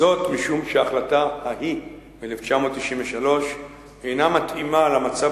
משום שההחלטה ההיא ב-1993 אינה מתאימה למצב